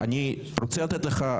אנחנו נמשיך לנסות.